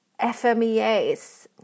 FMEAs